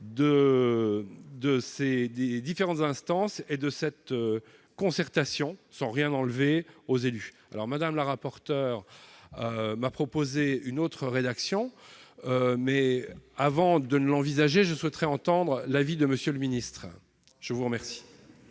des différentes instances de cette concertation, sans rien ôter aux élus. Mme le rapporteur m'a proposé une autre rédaction, mais, avant de l'envisager, je souhaiterais entendre l'avis de M. le ministre. Quel